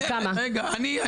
רגע,